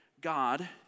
God